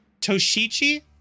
Toshichi